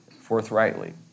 forthrightly